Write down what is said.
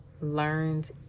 learned